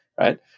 right